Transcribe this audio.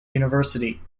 university